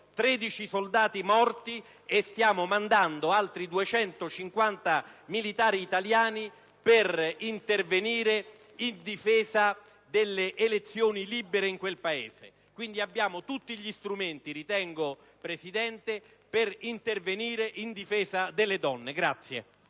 13 soldati morti e che stiamo inviando altri 250 militari italiani per intervenire in difesa delle elezioni libere in quel Paese. Ritengo che abbiamo tutti gli strumenti, signora Presidente, per intervenire in difesa delle donne.